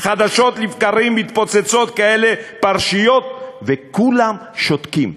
חדשות לבקרים מתפוצצות פרשיות כאלה, וכולם שותקים.